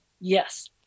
Yes